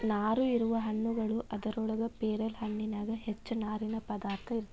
ನಾರು ಇರುವ ಹಣ್ಣುಗಳು ಅದರೊಳಗ ಪೇರಲ ಹಣ್ಣಿನ್ಯಾಗ ಹೆಚ್ಚ ನಾರಿನ ಪದಾರ್ಥ ಇರತೆತಿ